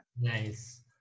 nice